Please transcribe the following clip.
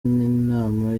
n’inama